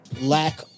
lack